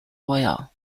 oil